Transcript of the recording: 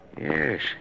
Yes